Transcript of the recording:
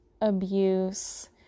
abuse